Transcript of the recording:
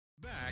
Back